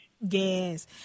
Yes